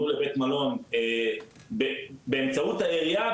פונו לבית מלון באמצעות העירייה,